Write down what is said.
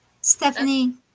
stephanie